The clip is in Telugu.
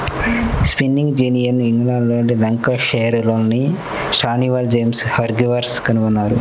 స్పిన్నింగ్ జెన్నీని ఇంగ్లండ్లోని లంకాషైర్లోని స్టాన్హిల్ జేమ్స్ హార్గ్రీవ్స్ కనుగొన్నారు